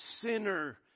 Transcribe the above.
sinner